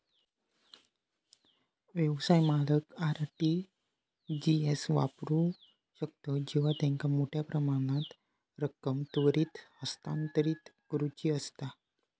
व्यवसाय मालक RTGS वापरू शकतत जेव्हा त्यांका मोठ्यो प्रमाणात रक्कम त्वरित हस्तांतरित करुची असता